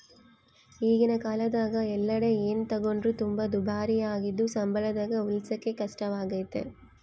ಈಗಿನ ಕಾಲದಗ ಎಲ್ಲೆಡೆ ಏನೇ ತಗೊಂಡ್ರು ತುಂಬಾ ದುಬಾರಿಯಾಗಿದ್ದು ಸಂಬಳದಾಗ ಉಳಿಸಕೇ ಕಷ್ಟವಾಗೈತೆ